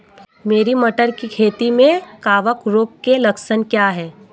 मेरी मटर की खेती में कवक रोग के लक्षण क्या हैं?